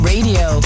Radio